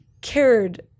cared